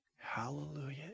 Hallelujah